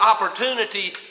opportunity